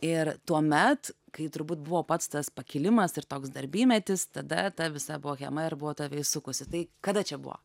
ir tuomet kai turbūt buvo pats tas pakilimas ir toks darbymetis tada ta visa bohema ir buvo tave įsukusi tai kada čia buvo